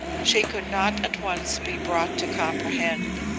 she could not at once be brought to comprehend,